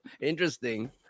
Interesting